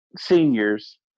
seniors